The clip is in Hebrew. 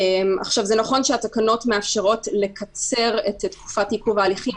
זה נכון שהתקנות מאפשרות לקצר את תקופת עיכוב ההליכים,